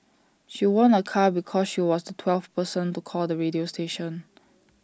she won A car because she was the twelfth person to call the radio station